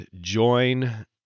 join